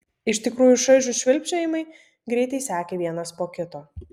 iš tikrųjų šaižūs švilpčiojimai greitai sekė vienas po kito